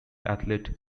athlete